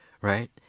Right